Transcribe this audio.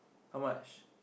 how much